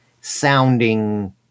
sounding